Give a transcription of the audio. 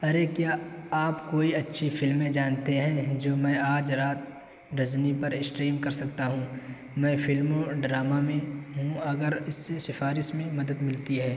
ارے کیا آپ کوئی اچھی فلمیں جانتے ہیں جو میں آج رات ڈزنی پر اسٹریم کر سکتا ہوں میں فلموں اور ڈرامہ میں ہوں اگر اس سے سفارش میں مدد ملتی ہے